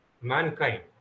mankind